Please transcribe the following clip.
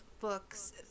books